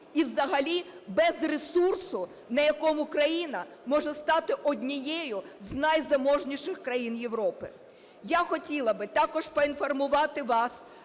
і взагалі без ресурсу, на якому країна може стати однією з найзаможніших країн Європи. Я хотіла би також поінформувати вас